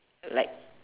like